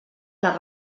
les